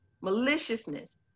maliciousness